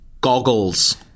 Goggles